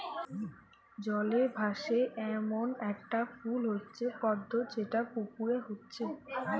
জলে ভাসে এ্যামন একটা ফুল হচ্ছে পদ্ম যেটা পুকুরে হচ্ছে